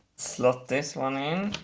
slot this one in.